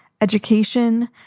education